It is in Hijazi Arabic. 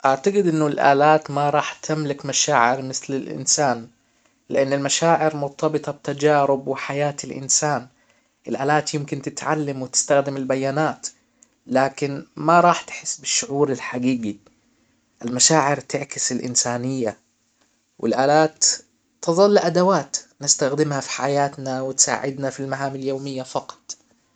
اعتجد انه الالات ما راح تملك مشاعر مثل الانسان لان المشاعر مرتبطة بتجارب وحياة الانسان الالات يمكن تتعلم وتستخدم البيانات لكن ما راح تحس بالشعور الحجيجي المشاعر تعكس الانسانية والالات تظل ادوات نستخدمها في حياتنا وتساعدنا في المهام اليومية فقط